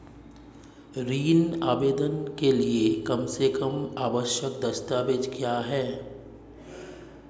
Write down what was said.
ऋण आवेदन के लिए कम से कम आवश्यक दस्तावेज़ क्या हैं?